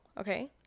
Okay